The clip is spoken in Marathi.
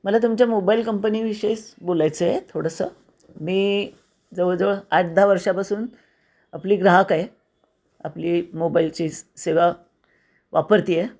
मला तुमच्या मोबाईल कंपनी विषयीच बोलायचं आहे थोडंसं मी जवळ जवळ आठ दहा वर्षापासून आपली ग्राहक आहे आपली मोबाईलची सेवा वापरते आहे